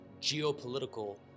geopolitical